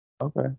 Okay